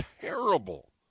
terrible